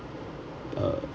uh